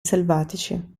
selvatici